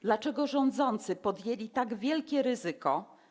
Dlaczego rządzący podjęli tak wielkie ryzyko?